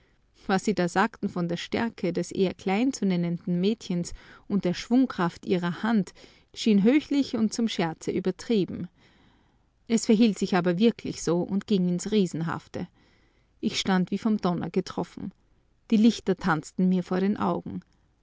was sie da sagten von der stärke des eher klein zu nennenden mädchens und der schwungkraft ihrer hand schien höchlich und zum scherze übertrieben es verhielt sich aber wirklich so und ging ins riesenhafte ich stand wie vom donner getroffen die lichter tanzten mir vor den augen